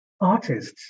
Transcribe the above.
artists